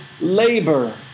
labor